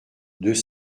deux